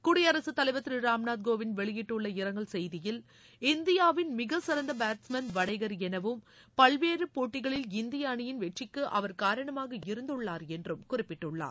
குடியரசுத் தலைவா் திரு ராம்நாத் கோவிந்த் வெளியிட்டுள்ள இரங்கல் செய்தியில் இந்தியாவின் மிகச் சிறந்த பேட்ஸ் மேன் வடேகர் எனவும் பல்வேறு போட்டிகளில் இந்திய அணியின் வெற்றிக்கு அவர் காரணமாக இருந்துள்ளார் என்றும் குறிப்பிட்டுள்ளார்